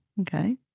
Okay